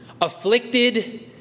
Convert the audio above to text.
Afflicted